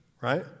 Right